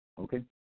okay